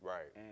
Right